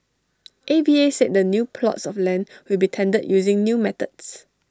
A V A said the new plots of land will be tendered using new methods